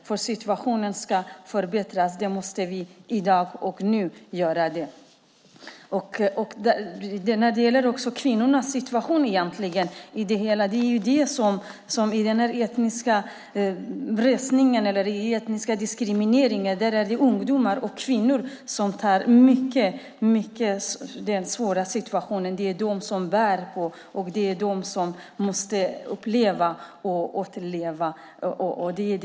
För att situationen ska förbättras måste vi göra något i dag, nu. Det gäller också kvinnornas situation. I denna etniska rensning eller diskriminering är det ungdomar och kvinnor som får en mycket svår situation. Det är de som bär på och måste uppleva och återuppleva detta.